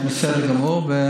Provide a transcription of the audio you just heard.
בסדר גמור.